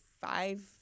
five